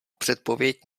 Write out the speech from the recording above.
předpověď